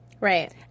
Right